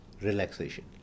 relaxation